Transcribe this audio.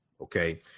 Okay